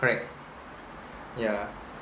correct yeah